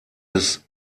des